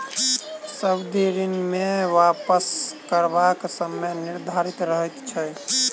सावधि ऋण मे वापस करबाक समय निर्धारित रहैत छै